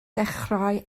dechrau